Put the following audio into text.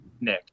Nick